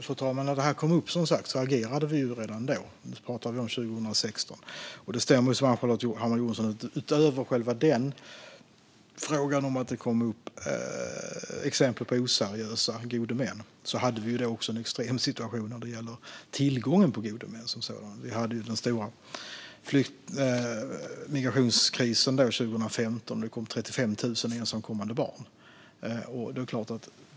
Fru talman! När dessa frågor kom upp 2016 agerade vi redan då. Precis som Ann-Charlotte Hammar Johnsson säger stämmer det att utöver exempel på oseriösa gode män var det en extrem situation när det gäller tillgången på gode män. Det var den stora migrationskrisen 2015 när 35 000 ensamkommande barn kom hit.